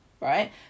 Right